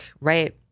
right